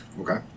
Okay